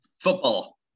football